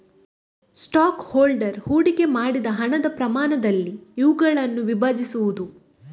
stock holder ಹೂಡಿಕೆ ಮಾಡಿದ ಹಣದ ಪ್ರಮಾಣದಲ್ಲಿ ಇವುಗಳನ್ನು ವಿಭಜಿಸುವುದು